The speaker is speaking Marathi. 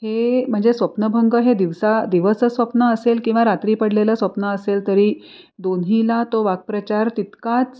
हे म्हणजे स्वप्नभंग हे दिवसा दिवस स्वप्न असेल किंवा रात्री पडलेलं स्वप्न असेल तरी दोन्हीला तो वाक्प्रचार तितकाच